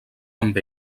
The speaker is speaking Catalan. amb